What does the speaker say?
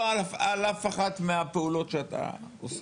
ולא על אף אחת מהפעולות שאתה עושה.